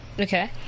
Okay